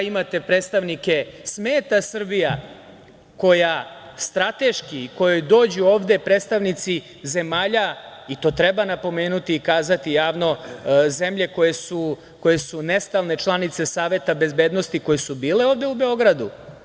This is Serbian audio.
Smeta Srbija koja strateški, kojoj dođu ovde predstavnici zemalja, i to treba napomenuti i kazati javno, zemlje koje su nestalne članice Saveta bezbednosti, koje su bile ovde u Beogradu.